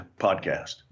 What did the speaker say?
podcast